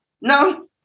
No